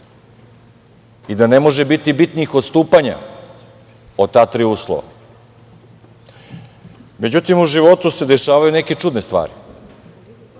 i da ne može biti bitnijih odstupanja od ta tri uslova.Međutim, u životu se dešavaju neke čudne stvari.